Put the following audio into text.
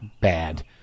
bad